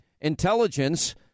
intelligence